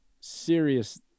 serious